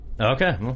okay